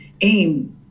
aim